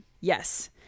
Yes